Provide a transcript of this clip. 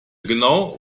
genau